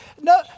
No